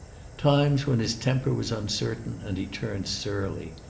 times when his temper was uncertain, and he turned surly.